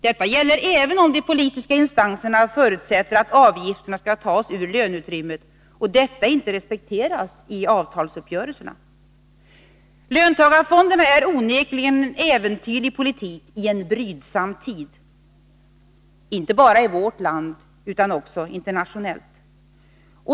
Detta gäller även om de politiska instanserna förutsätter att avgifterna skall tas ur löneutrymmet och detta inte respekteras i avtalsuppgörelserna. Löntagarfonderna är onekligen en äventyrlig politik i en brydsam tid, inte bara i vårt land utan också internationellt.